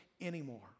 anymore